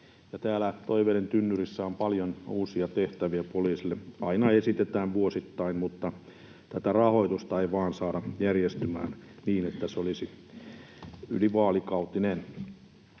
Täällä toiveiden tynnyrissä on paljon uusia tehtäviä poliisille, aina esitetään, vuosittain, mutta tätä rahoitusta ei vain saada järjestymään niin, että se olisi ylivaalikautinen.